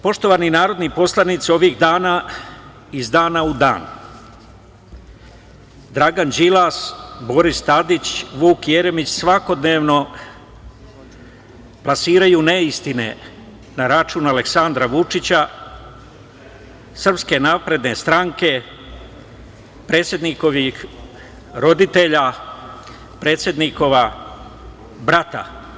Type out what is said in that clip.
Poštovani narodni poslanici, ovih dana, iz dana u dan Dragan Đilas, Boris Tadić, Vuk Jeremić svakodnevno plasiraju neistine na račun Aleksandra Vučića, SNS, predsednikovih roditelja, predsednikova brata.